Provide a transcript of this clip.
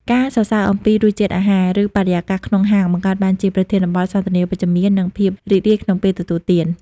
ការសរសើរអំពីរសជាតិអាហារ ឬបរិយាកាសក្នុងហាង បង្កើតឱ្យមានប្រធានបទសន្ទនាវិជ្ជមាន និងភាពរីករាយក្នុងពេលទទួលទាន។